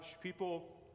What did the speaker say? people